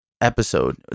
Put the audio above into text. episode